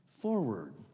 forward